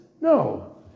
no